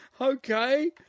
Okay